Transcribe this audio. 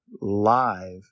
live